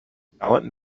gallant